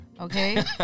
Okay